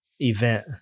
event